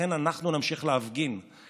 לכן אנחנו נמשיך להפגין,